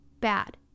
bad